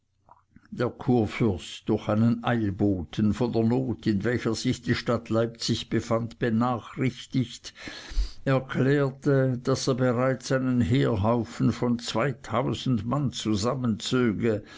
der kurfürst durch einen eilboten von der not in welcher sich die stadt leipzig befand benachrichtigt erklärte daß er bereits einen heerhaufen von zweitausend mann zusammenzöge